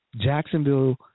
Jacksonville